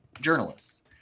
journalists